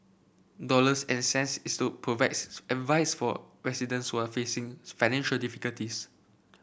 dollars and cents is to provide advice for residents who are facing financial difficulties